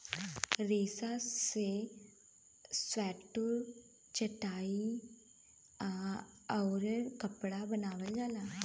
रेसा से स्वेटर चटाई आउउर कपड़ा बनावल जाला